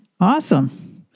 Awesome